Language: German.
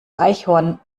eichhorn